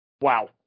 wow